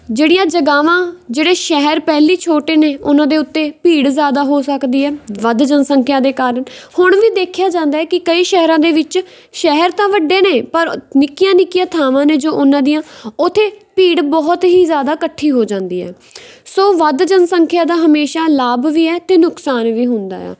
ਜਿਹੜੀਆਂ ਜਗ੍ਹਾਵਾਂ ਜਿਹੜੇ ਸ਼ਹਿਰ ਪਹਿਲਾਂ ਛੋਟੇ ਨੇ ਉਹਨਾਂ ਦੇ ਉੱਤੇ ਭੀੜ ਜ਼ਿਆਦਾ ਹੋ ਸਕਦੀ ਹੈ ਵੱਧ ਜਨਸੰਖਿਆ ਦੇ ਕਾਰਨ ਹੁਣ ਵੀ ਦੇਖਿਆ ਜਾਂਦਾ ਕਿ ਕਈ ਸ਼ਹਿਰਾਂ ਦੇ ਵਿੱਚ ਸ਼ਹਿਰ ਤਾਂ ਵੱਡੇ ਨੇ ਪਰ ਨਿੱਕੀਆਂ ਨਿੱਕੀਆਂ ਥਾਵਾਂ ਨੇ ਜੋ ਉਹਨਾਂ ਦੀਆਂ ਉੱਥੇ ਭੀੜ ਬਹੁਤ ਹੀ ਜ਼ਿਆਦਾ ਇਕੱਠੀ ਹੋ ਜਾਂਦੀ ਹੈ ਸੋ ਵੱਧ ਜਨਸੰਖਿਆ ਦਾ ਹਮੇਸ਼ਾ ਲਾਭ ਵੀ ਹੈ ਅਤੇ ਨੁਕਸਾਨ ਵੀ ਹੁੰਦਾ ਆ